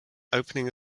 opening